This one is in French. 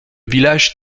village